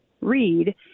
read